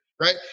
Right